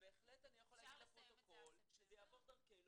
ובהחלט אני יכול להגיד לפרוטוקול שזה יעבור דרכינו